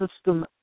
system